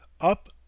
up